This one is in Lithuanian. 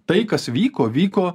tai kas vyko vyko